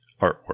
artwork